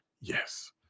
Yes